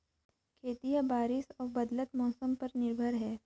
खेती ह बारिश अऊ बदलत मौसम पर निर्भर हे